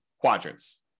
quadrants